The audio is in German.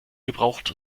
gebraucht